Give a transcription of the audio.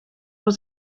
voor